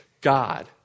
God